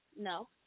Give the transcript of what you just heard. No